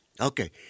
Okay